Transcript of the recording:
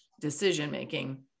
decision-making